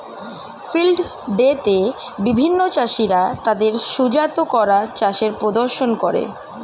field day তে বিভিন্ন চাষীরা তাদের সুজাত করা চাষের প্রদর্শন করে